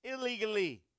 illegally